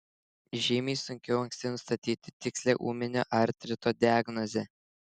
žymiai sunkiau anksti nustatyti tikslią ūminio artrito diagnozę